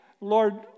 Lord